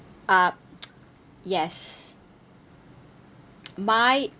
ah yes my